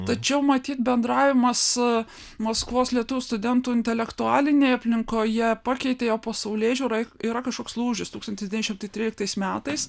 tačiau matyt bendravimas maskvos lietuvių studentų intelektualinėje aplinkoje pakeitė jo pasaulėžiūrai yra kažkoks lūžis tūkstantis devyni šimtai tryliktais metais